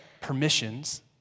permissions